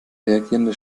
reagierende